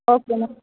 okay ma'am